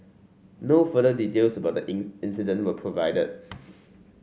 no further details about the in incident were provided